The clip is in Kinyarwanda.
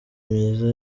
myiza